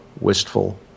wistful